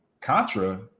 Contra